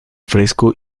fresco